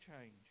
change